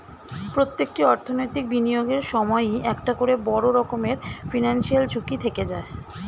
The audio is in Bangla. প্রত্যেকটি অর্থনৈতিক বিনিয়োগের সময়ই একটা করে বড় রকমের ফিনান্সিয়াল ঝুঁকি থেকে যায়